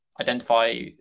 identify